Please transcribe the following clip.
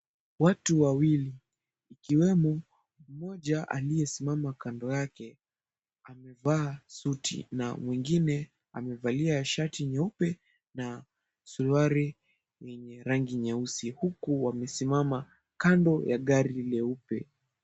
Watu wawili wakiwemo mmoja aliyesimama kando yake amevaa suti na mwingine amevalia shati nyeupe na suruali yenye rangi nyeusi huku wamesimama kando ya gari leupe.